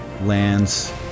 lands